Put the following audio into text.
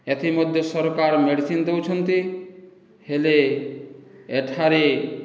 ଏଠି ମଧ୍ୟ ସରକାର ମେଡ଼ିସିନ ଦେଉଛନ୍ତି ହେଲେ ଏଠାରେ